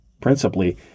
principally